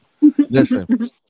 listen